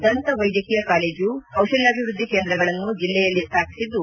ದಂತ ವೈದ್ವಕೀಯ ಕಾಲೇಜು ಕೌಶಲ್ಕಾಭಿವೃದ್ಧಿ ಕೇಂದ್ರಗಳನ್ನು ಜಲ್ಲೆಯಲ್ಲಿ ಸ್ಥಾಪಿಸಿದ್ದು